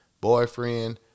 boyfriend